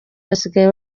basigaye